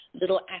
little